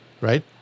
Right